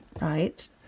right